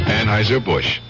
Anheuser-Busch